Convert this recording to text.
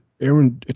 Aaron